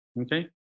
okay